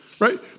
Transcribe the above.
Right